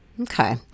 okay